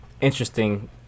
interesting –